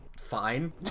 Fine